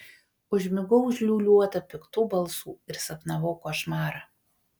užmigau užliūliuota piktų balsų ir sapnavau košmarą